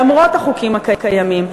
למרות החוקים הקיימים.